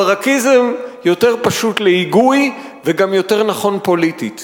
הברקיזם יותר פשוט להיגוי וגם יותר נכון פוליטית.